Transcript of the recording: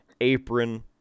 apron